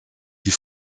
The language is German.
die